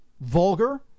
vulgar